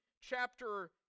chapter